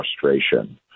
frustration